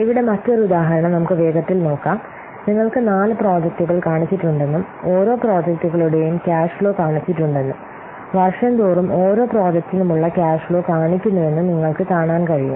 ഇവിടെ മറ്റൊരു ഉദാഹരണം നമുക്ക് വേഗത്തിൽ നോക്കാം നിങ്ങൾക്ക് നാല് പ്രോജക്ടുകൾ കാണിച്ചിട്ടുണ്ടെന്നും ഓരോ പ്രോജക്റ്റുകളുടെയും ക്യാഷ് ഫ്ലോ കാണിച്ചിട്ടുണ്ടെന്നും വർഷം തോറും ഓരോ പ്രോജക്റ്റിനുമുള്ള ക്യാഷ് ഫ്ലോ കാണിക്കുന്നുവെന്നും നിങ്ങൾക്ക് കാണാൻ കഴിയും